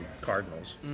cardinals